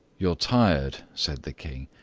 you are tired, said the king,